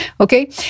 Okay